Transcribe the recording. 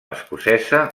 escocesa